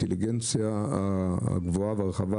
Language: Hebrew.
האינטליגנציה הגבוהה והרחבה,